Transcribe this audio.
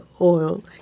oil